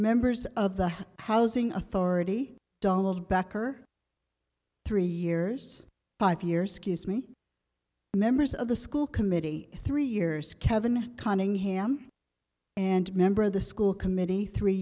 members of the housing authority donald backer three years five years scuse me members of the school committee three years kevin conning ham and member of the school committee three